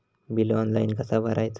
Bill online कसा भरायचा?